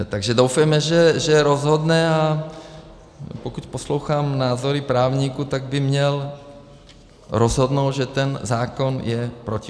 Takže doufejme, že rozhodne, a pokud poslouchám názory právníků, tak by měl rozhodnout, že ten zákon je protiústavní.